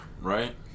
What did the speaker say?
right